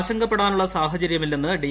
ആശങ്കപ്പെടാനുള്ള സാഹചര്യമില്ലെന്ന് ഡി